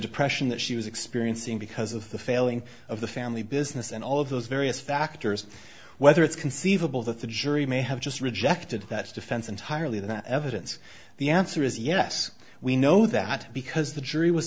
depression that she was experiencing because of the failing of the family business and all of those various factors whether it's conceivable that the jury may have just rejected that defense entirely that evidence the answer is yes we know that because the jury w